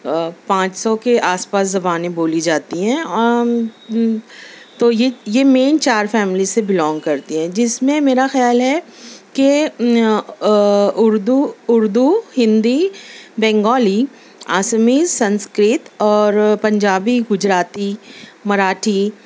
پانچ سو کے آس پاس زبانیں بولی جاتی ہیں تو یہ یہ مین چار فیملی سے بلونگ کرتی ہیں جس میں میرا خیال ہے کہ اردو اردو ہندی بنگالی آسامی سنسکرت اور پنجابی گجراتی مراٹھی